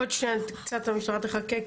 קצת המשטרה תחכה,